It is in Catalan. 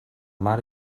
mar